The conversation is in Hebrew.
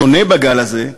השונה בגל הזה,